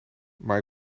maar